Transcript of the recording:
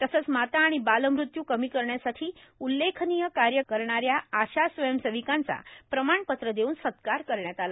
तसंच माता आणि बालमृत्य् कमी करण्यासाठी उल्लेखनिय कार्य करणाऱ्या आशा स्वयंसेविकांचा प्रमाणपत्र देऊन सत्कार करण्यात आला